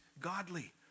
godly